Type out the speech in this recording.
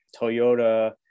Toyota